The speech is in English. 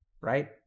Right